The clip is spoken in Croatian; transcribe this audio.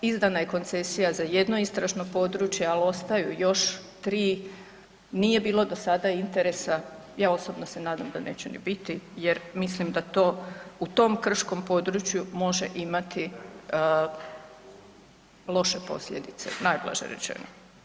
Izdana je koncesija za jedno istražno područje, al ostaju još 3, nije bilo do sada interesa, ja osobno se nadam da neće ni biti jer mislim da to u tom krškom području može imati loše posljedice najblaže rečeno.